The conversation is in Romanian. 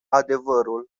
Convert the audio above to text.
adevărul